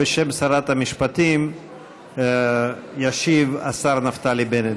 בשם שרת המשפטים ישיב השר נפתלי בנט.